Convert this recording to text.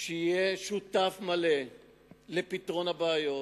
יהיה שותף מלא לפתרון הבעיות,